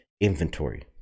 inventory